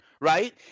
Right